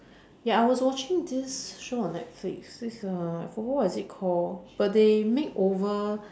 ya I was watching this show on netflix this uh I forgot what is it called but they makeover